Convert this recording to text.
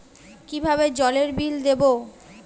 কিভাবে জলের বিল দেবো?